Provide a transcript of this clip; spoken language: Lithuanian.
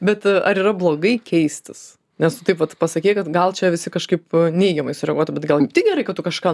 bet ar yra blogai keistis nes tu taip vat pasakei kad gal čia visi kažkaip neigiamai sureaguotų bet gal kaip tik gerai kad tu kažką